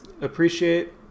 appreciate